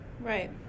Right